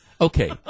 okay